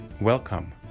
welcome